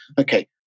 okay